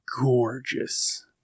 gorgeous